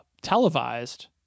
televised